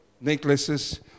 necklaces